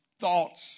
thoughts